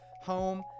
home